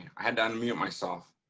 i had to unmute myself.